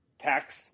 tax